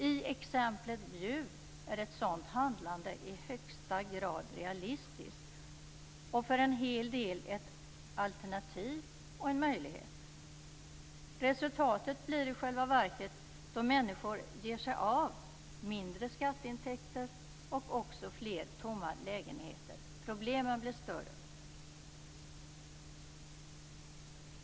I exemplet Bjuv är ett sådant handlande i högsta grad realistiskt och för en hel del ett alternativ och en möjlighet. Resultatet då människor ger sig av blir i själva verket lägre skatteintäkter och även fler tomma lägenheter. Problemen blir större.